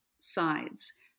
sides